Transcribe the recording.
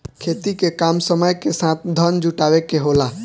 खेती के काम समय के साथ धन जुटावे के होला